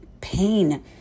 pain